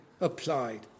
applied